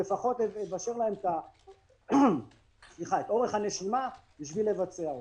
את אורך הנשימה כדי לבצע אותן.